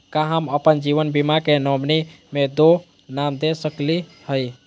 का हम अप्पन जीवन बीमा के नॉमिनी में दो नाम दे सकली हई?